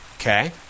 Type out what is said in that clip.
Okay